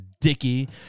Dickie